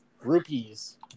Rupees